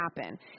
happen